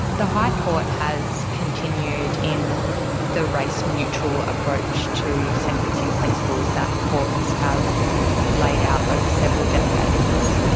the high court has continued in the race neutral approach to sentencing principles that courts have laid out over several decades.